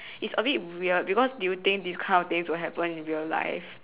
is a bit weird because do you think these kind of things will happen in real life